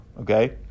Okay